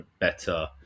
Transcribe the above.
better